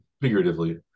Figuratively